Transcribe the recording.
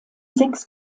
sechs